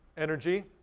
energy,